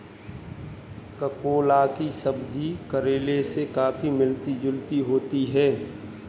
ककोला की सब्जी करेले से काफी मिलती जुलती होती है